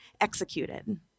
executed